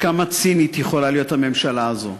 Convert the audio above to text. כמה צינית יכולה להיות הממשלה הזאת.